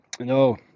No